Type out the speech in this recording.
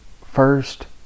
first